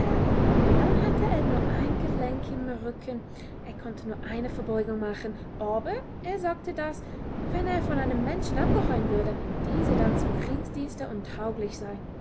und dann hatte er nur ein gelenk im rücken er konnte nur eine verbeugung machen aber er sagte daß wenn er von einem menschen abgehauen würde dieser dann zum kriegsdienste untauglich sei